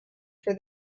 for